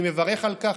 אני מברך על כך.